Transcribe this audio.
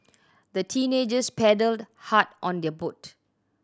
the teenagers paddled hard on their boat